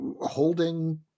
holding